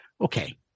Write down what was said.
Okay